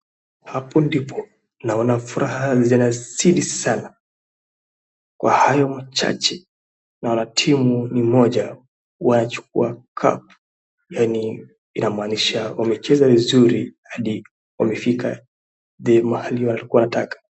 Hapo ndipo, naona furaha zinasidi sana, kwa hayo machache naona timu mmoja wanachukua cup ,yani inamaanisha wamecheza vizuri hadi wamefika hadi mahali walikua wanataka.